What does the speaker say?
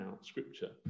scripture